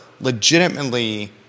legitimately